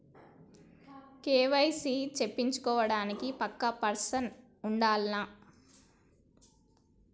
KYC చేపిచ్చుకోవడానికి పక్కా person ఉండాల్నా?